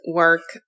work